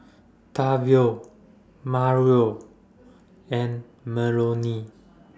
Tavion Mario and Melony